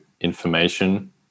information